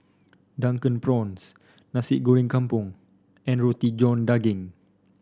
Drunken Prawns Nasi Goreng Kampung and Roti John Daging